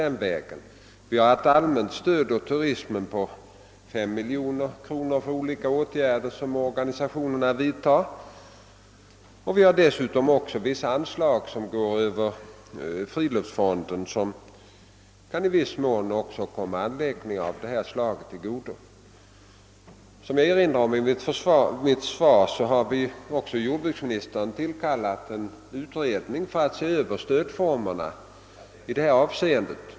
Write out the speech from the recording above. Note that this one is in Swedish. Det finns vidare ett allmänt stöd åt turismen på 5 miljoner kronor för de olika åtgärder som organisationer vidtar. Dessutom utgår vissa anslag från friluftsfonden, vilka i viss mån kan komma anläggningar av detta slag till godo. Jordbruksministern har, som jag antydde i mitt svar, tillkallat en utred ning för att se över stödformerna till turismen.